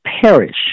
perish